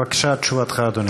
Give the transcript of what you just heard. בבקשה, תשובתך, אדוני.